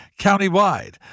countywide